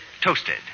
toasted